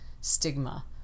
stigma